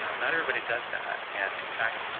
um not everybody does that. and in fact,